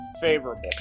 favorable